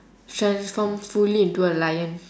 transform fully into a lion